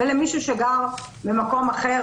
ולמי שגר במקום אחר,